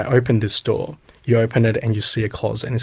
ah open this door you open it and you see a closet,